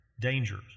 dangers